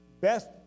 best